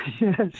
Yes